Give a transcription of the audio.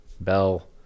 bell